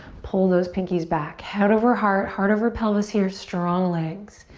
pull those pinkies back. head over heart, heart over pelvis here, strong legs.